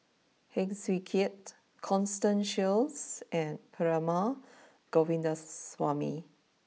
Heng Swee Keat Constance Sheares and Perumal Govindaswamy